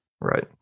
Right